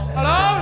Hello